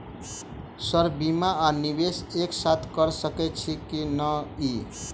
Sir बीमा आ निवेश एक साथ करऽ सकै छी की न ई?